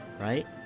right